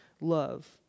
love